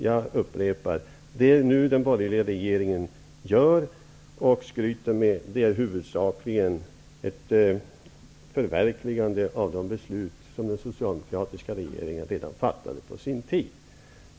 Jag upprepar: Det som den borgerliga regeringen nu gör och skryter med är huvudsakligen ett förverkligande av de beslut som den socialdemokratiska regeringen fattade redan på sin tid.